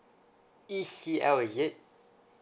E_C_L is it